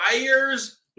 buyers